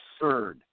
Absurd